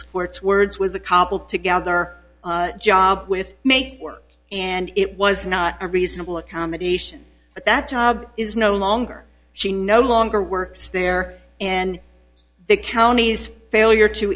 sports words was a couple together job with make work and it was not a reasonable accommodation at that job is no longer she no longer works there and the county's failure to